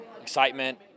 excitement